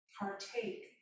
partake